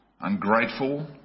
ungrateful